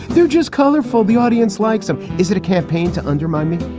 they're just colorful. the audience likes them. is it a campaign to undermine me?